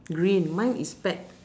green mine is pet